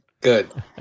Good